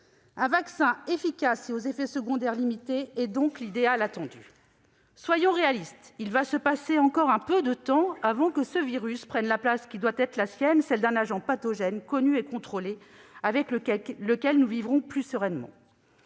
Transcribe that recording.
Un vaccin efficace et aux effets secondaires limités est donc l'idéal attendu. Soyons réalistes : il va se passer encore un peu de temps avant que ce virus ne prenne la place qui doit être la sienne, celle d'un agent pathogène connu et contrôlé, avec lequel nous vivrons plus sereinement.